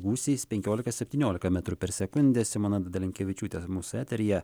gūsiais penkiolika septyniolika metrų per sekundę simona dalinkevičiūtė mūsų eteryje